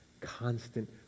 constant